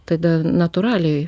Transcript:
tada natūraliai